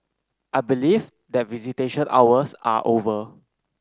I believe that visitation hours are over